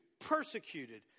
persecuted